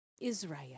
Israel